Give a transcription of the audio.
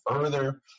further